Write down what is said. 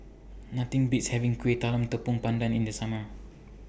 Nothing Beats having Kueh Talam Tepong Pandan in The Summer